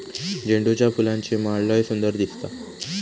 झेंडूच्या फुलांची माळ लय सुंदर दिसता